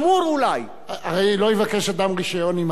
הרי לא יבקש אדם רשיון אם הדבר הוא לא כלכלי,